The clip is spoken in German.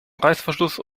reißverschluss